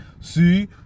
see